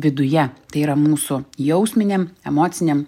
viduje tai yra mūsų jausminiam emociniam